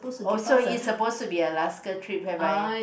or so is supposed to be Alaska trip whereby